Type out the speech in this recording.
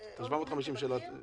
אתמול היה פה דיון ער בעניין הזה.